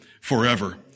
forever